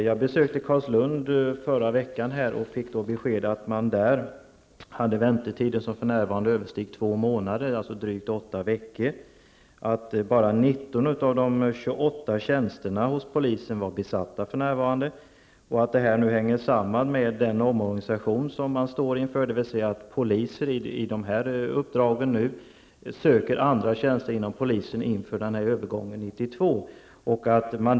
Jag besökte Carlslund förra veckan och fick beskedet att man där hade väntetider som för närvarande överstiger två månader, alltså drygt åtta veckor, att bara 19 av de 28 tjänsterna hos polisen var besatta för närvarande och att detta hänger samman med den omorganisation som vi står inför. Poliser med utredningsuppdrag söker sig nu till andra tjänster inom polisen inför övergången 1992.